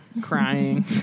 crying